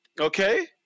Okay